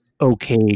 okay